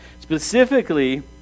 Specifically